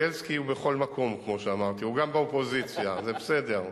כמו קטיעות